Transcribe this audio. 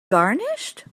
garnished